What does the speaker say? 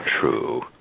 true